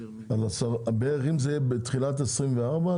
אם זה יהיה בתחילת 2024,